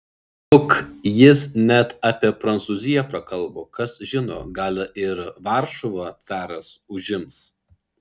juk jis net apie prancūziją prakalbo kas žino gal ir varšuvą caras užims